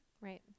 right